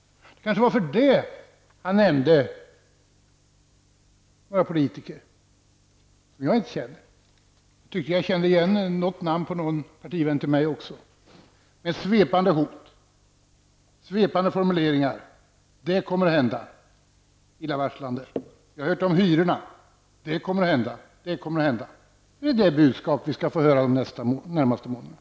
Kanske var det därför han nämnde några politiker som jag inte känner -- jag tyckte att jag hörde namnet på en partivän till mig också -- som ett hot, med svepande formuleringar: Det och det kommer att hända! Illavarslande! Vi har hört om hyrorna -- och det kommer att hända! Är det detta budskap vi kommer att få höra de närmaste månaderna?